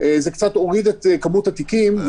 זה קצת הוריד את כמות התיקים,